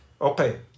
Okay